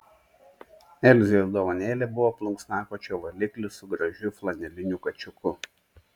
elzės dovanėlė buvo plunksnakočio valiklis su gražiu flaneliniu kačiuku